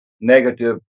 negative